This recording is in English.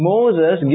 Moses